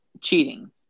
cheating